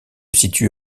situe